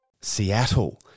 Seattle